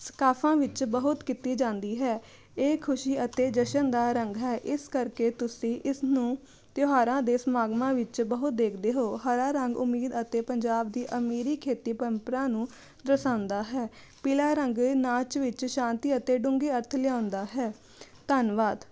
ਸਕਾਫਾਂ ਵਿੱਚ ਬਹੁਤ ਕੀਤੀ ਜਾਂਦੀ ਹੈ ਇਹ ਖੁਸ਼ੀ ਅਤੇ ਜਸ਼ਨ ਦਾ ਰੰਗ ਹੈ ਇਸ ਕਰਕੇ ਤੁਸੀਂ ਇਸ ਨੂੰ ਤਿਉਹਾਰਾਂ ਦੇ ਸਮਾਗਮਾਂ ਵਿੱਚ ਬਹੁਤ ਦੇਖਦੇ ਹੋ ਹਰਾ ਰੰਗ ਉਮੀਦ ਅਤੇ ਪੰਜਾਬ ਦੀ ਅਮੀਰੀ ਖੇਤੀ ਪਰੰਪਰਾ ਨੂੰ ਦਰਸਾਉਂਦਾ ਹੈ ਪੀਲਾ ਰੰਗ ਨਾਚ ਵਿੱਚ ਸ਼ਾਂਤੀ ਅਤੇ ਡੂੰਘੇ ਅਰਥ ਲਿਆਉਂਦਾ ਹੈ ਧੰਨਵਾਦ